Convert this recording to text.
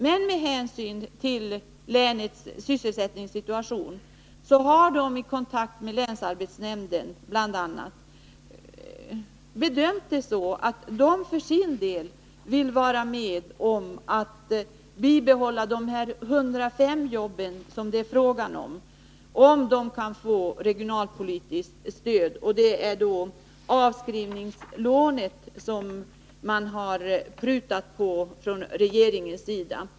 Men med hänsyn till länets sysselsättningssituation har de i kontakt med bl.a. länsarbetsnämnden bedömt det så att de för sin del vill vara med om att bibehålla de 105 jobb som det är fråga om, ifall de kan få regionalpolitiskt stöd. Regeringen har då prutat på avskrivningslånet.